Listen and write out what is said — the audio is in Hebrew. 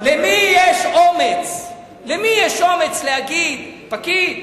למי יש אומץ להגיד פקיד,